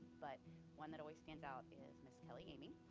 but one that always stands out is miss kelly amy,